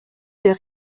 der